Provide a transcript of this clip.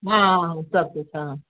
हाँ सब कुछ हाँ